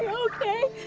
okay.